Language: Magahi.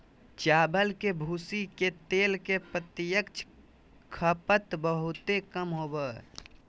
चावल के भूसी के तेल के प्रत्यक्ष खपत बहुते कम हइ